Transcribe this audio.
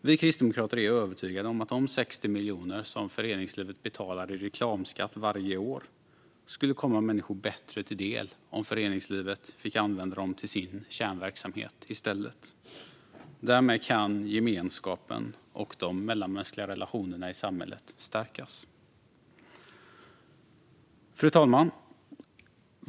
Vi kristdemokrater är övertygade om att de 60 miljoner som föreningslivet betalar i reklamskatt varje år skulle komma människor bättre till del om föreningslivet i stället fick använda dem till sin kärnverksamhet. Därmed kan gemenskapen och de mellanmänskliga relationerna i samhället stärkas. Fru talman!